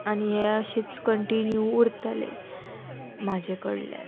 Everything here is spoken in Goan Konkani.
आनी हे अशेंच कंटिन्यू उरतलें म्हाजे कडल्यान